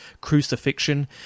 crucifixion